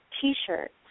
t-shirts